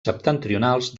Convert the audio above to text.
septentrionals